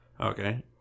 Okay